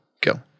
go